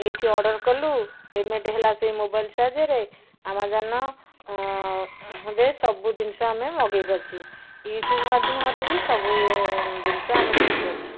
ଏହିଠି ଅର୍ଡ଼ର କଲୁ ପେମେଣ୍ଟ୍ ହେଲା ସେହି ମୋବାଇଲ୍ ସାହାଯ୍ୟରେ ଆମାଜନ ରେ ସବୁ ଜିନିଷ ଆମେ ମଗେଇ ପାରୁଛୁ ୟୁଟ୍ୟୁବ୍ ମାଧ୍ୟମରେ ବି ସବୁ ଜିନିଷ ଆମେ ଶିଖିପାରୁଛୁ